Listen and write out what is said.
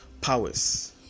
powers